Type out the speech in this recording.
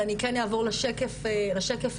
אבל אני כן אעבור לשקף הבא.